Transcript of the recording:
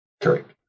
correct